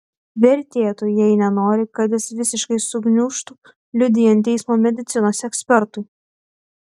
vertėtų jei nenori kad jis visiškai sugniužtų liudijant teismo medicinos ekspertui